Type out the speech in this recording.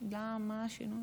היושבת-ראש,